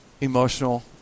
emotional